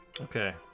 Okay